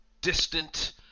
distant